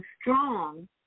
strong